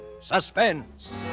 Suspense